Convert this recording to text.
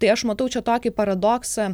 tai aš matau čia tokį paradoksą